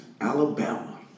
Alabama